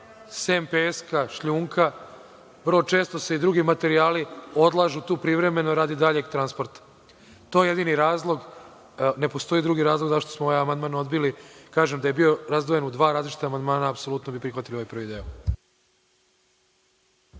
sem peska, šljunka, vrlo često se i drugi materijali odlažu tu privremeno radi daljeg transporta. To je jedini razlog. Ne postoji drugi razlog zašto smo taj amandman odbili. Kažem, da je bio razdvojen u dva razdvojena amandman, apsolutno bi prihvatili ovaj prvi deo.